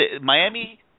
Miami